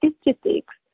Statistics